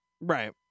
Right